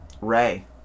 Ray